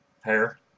hair